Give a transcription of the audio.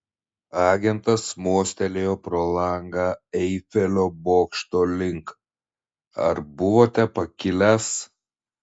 agentas mostelėjo pro langą eifelio bokšto link ar buvote pakilęs